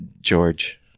George